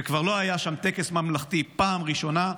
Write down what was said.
וכבר לא היה שם טקס ממלכתי, פעם ראשונה.